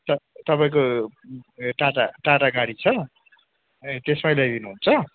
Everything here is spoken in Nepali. त तपाईँको टाटा टाटा गाडी छ ए त्यसमै ल्याइदिनु हुन्छ